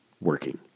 working